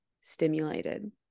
stimulated